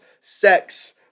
sex